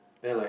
then like